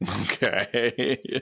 Okay